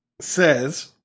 says